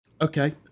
Okay